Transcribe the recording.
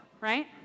right